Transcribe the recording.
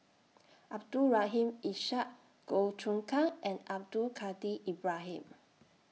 Abdul Rahim Ishak Goh Choon Kang and Abdul Kadir Ibrahim